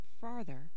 farther